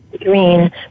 green